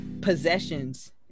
possessions